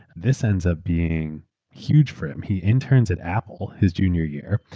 this ends up being huge for him. he interns at apple his junior year.